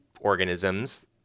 organisms